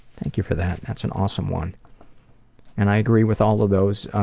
thank you for that. that's an awesome one and i agree with all of those